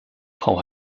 frau